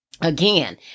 Again